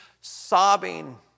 sobbing